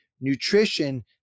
nutrition